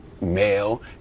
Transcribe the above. male